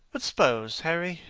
but suppose, harry,